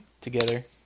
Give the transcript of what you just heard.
together